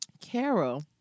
Carol